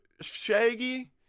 Shaggy